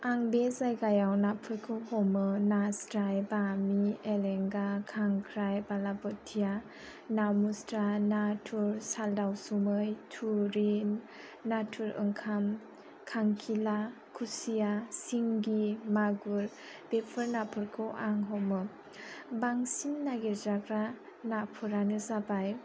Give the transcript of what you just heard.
आं बे जायगायाव नाफोरखौ हमो नास्राय बामि एलेंगा खांख्राय बालाबोथिया ना मुस्रा नाथुर साल दाउसुमै थुरि नाथुर ओंखाम खांखिला खुसिया सिंगि मागुर बेफोर नाफोरखौ आं हमो बांसिन नागिरजाग्रा नाफोरानो जाबाय